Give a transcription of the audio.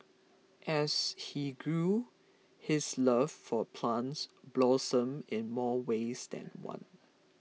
as he grew his love for plants blossomed in more ways than one